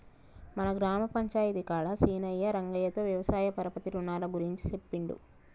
మన గ్రామ పంచాయితీ కాడ సీనయ్యా రంగయ్యతో వ్యవసాయ పరపతి రునాల గురించి సెప్పిండు